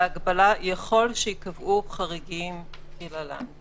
להגבלה יכול שייקבעו חריגים כלהלן,